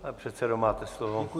Pane předsedo, máte slovo.